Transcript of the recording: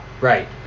right